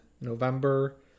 November